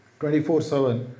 24-7